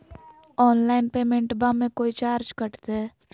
Online पेमेंटबां मे कोइ चार्ज कटते?